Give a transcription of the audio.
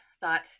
thought